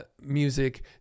music